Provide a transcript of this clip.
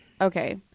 Okay